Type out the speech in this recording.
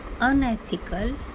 unethical